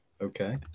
okay